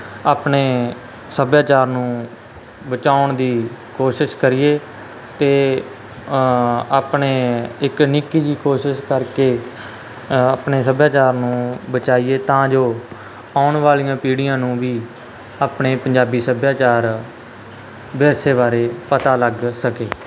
ਆਪਣੇ ਸੱਭਿਆਚਾਰ ਨੂੰ ਬਚਾਉਣ ਦੀ ਕੋਸ਼ਿਸ਼ ਕਰੀਏ ਤੇ ਆਪਣੇ ਇੱਕ ਨਿੱਕੀ ਜਿਹੀ ਕੋਸ਼ਿਸ਼ ਕਰਕੇ ਅ ਆਪਣੇ ਸੱਭਿਆਚਾਰ ਨੂੰ ਬਚਾਈਏ ਤਾਂ ਜੋ ਆਉਣ ਵਾਲੀਆਂ ਪੀੜ੍ਹੀਆਂ ਨੂੰ ਵੀ ਆਪਣੇ ਪੰਜਾਬੀ ਸੱਭਿਆਚਾਰ ਵਿਰਸੇ ਬਾਰੇ ਪਤਾ ਲੱਗ ਸਕੇ